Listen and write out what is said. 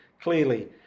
Clearly